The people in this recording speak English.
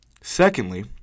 Secondly